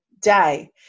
day